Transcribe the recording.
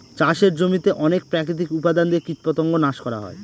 চাষের জমিতে অনেক প্রাকৃতিক উপাদান দিয়ে কীটপতঙ্গ নাশ করা হয়